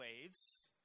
slaves